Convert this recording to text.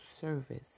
service